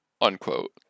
Unquote